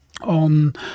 On